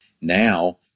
Now